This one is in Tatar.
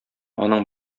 аның